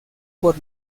por